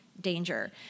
Danger